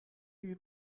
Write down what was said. you